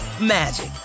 magic